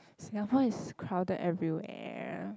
Singapore is crowded everywhere